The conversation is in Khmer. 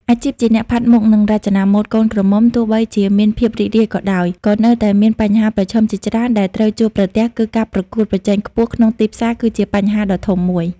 អាជីពជាអ្នកផាត់មុខ និងរចនាម៉ូដកូនក្រមុំ ទោះបីជាមានភាពរីករាយក៏ដោយ ក៏នៅតែមានបញ្ហាប្រឈមជាច្រើនដែលត្រូវជួបប្រទះគឺការប្រកួតប្រជែងខ្ពស់ក្នុងទីផ្សារគឺជាបញ្ហាដ៏ធំមួយ។